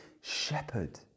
shepherd